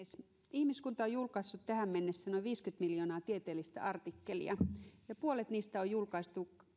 ihmiskunta on julkaissut tähän mennessä noin viisikymmentä miljoonaa tieteellistä artikkelia ja puolet niistä on julkaistu